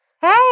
Hey